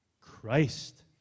Christ